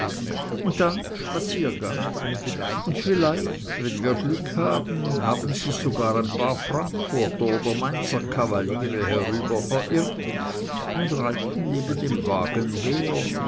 und dann spaziergang und vielleicht wenn wir glück haben haben sich sogar ein paar frankfurter oder mainzer kavaliere herüber verirrt und reiten neben dem wagen her